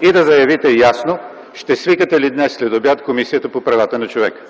и да заявите ясно ще свикате ли днес след обяд Комисията по правата на човека.